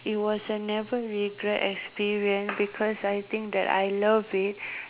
it was a never regret experience because I think that I love it